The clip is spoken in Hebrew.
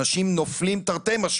אנשים נופלים תרתי משמע,